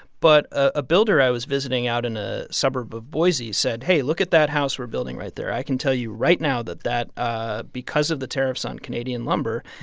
but a builder i was visiting out in a suburb of boise said, hey, look at that house we're building right there i can tell you right now that that ah because of the tariffs on canadian lumber,